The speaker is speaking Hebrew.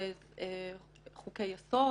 חוקי יסוד